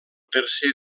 tercer